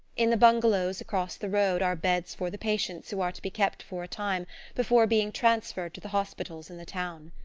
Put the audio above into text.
in the bungalows across the road are beds for the patients who are to be kept for a time before being transferred to the hospitals in the town.